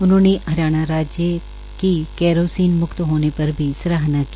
उन्होंने हरियाणा राज्य की कैरोसीन म्क्त होने पर भी सराहना की